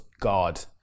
God